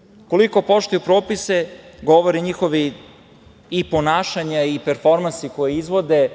duelu? Koliko poštuju propise govore njihova ponašanja i performansi koje izvode